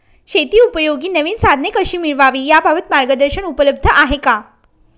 शेतीउपयोगी नवीन साधने कशी मिळवावी याबाबत मार्गदर्शन उपलब्ध आहे का?